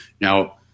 Now